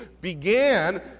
began